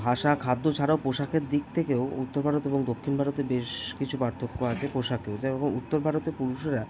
ভাষা খাদ্য ছাড়াও পোশাকের দিক থেকেও উত্তর ভারত এবং দক্ষিণ ভারতের বেশ কিছু পার্থক্য আছে পোশাকেও যেমন উত্তর ভারতে পুরুষরা